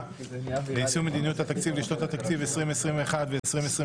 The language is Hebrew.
להשגת יעדי התקציב לשנות התקציב 2021 ו-2022),